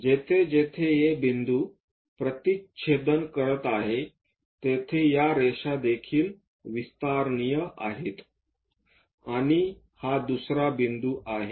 जेथे जेथे हे बिंदू प्रतिच्छेदन करत आहे तेथे या रेषा देखील विस्तारनीय आहेत आणि हा दुसरा बिंदू आहे